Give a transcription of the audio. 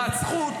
רצחו,